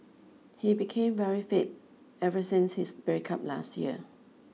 he became very fit ever since his breakup last year